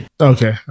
Okay